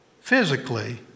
physically